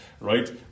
right